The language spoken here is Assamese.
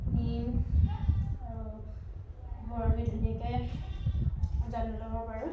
নিম আৰু আমি ধুনীয়াকৈ যত্ন ল'ব পাৰোঁ